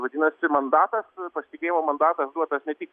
vadinasi mandatas pasitikėjimo mandatas duotas ne tik